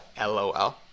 Lol